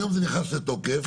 היום זה נכנס לתוקף,